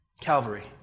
Calvary